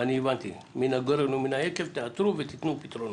אבל אני הבנתי מן הגורן ומן היקב תאתרו ותיתנו פתרונות,